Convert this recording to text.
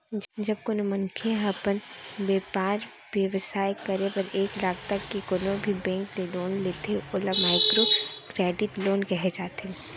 जब कोनो मनखे ह अपन बेपार बेवसाय करे बर एक लाख तक के कोनो भी बेंक ले लोन लेथे ओला माइक्रो करेडिट लोन कहे जाथे